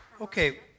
Okay